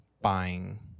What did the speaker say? buying